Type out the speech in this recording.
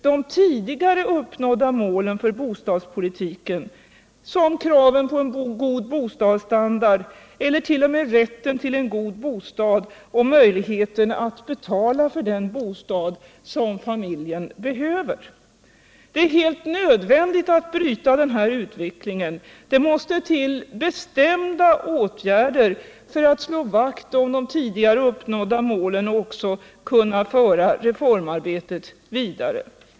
de tidigare uppnådda målen för bostadspolitiken: rätten till en god bostadsstandard och möjligheten att betala för den bostad som familjen behöver. Det är helt nödvändigt att bryta den här utvecklingen. Det måste till bestämda åtgärder för att slå vakt om de tidigare uppnådda målen och föra reformarbetet vidare.